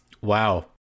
wow